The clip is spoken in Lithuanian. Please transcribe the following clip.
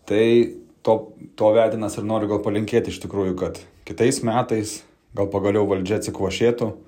tai to to vedinas ir noriu palinkėt iš tikrųjų kad kitais metais gal pagaliau valdžia atsikvošėtų